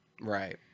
Right